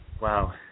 Wow